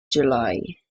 july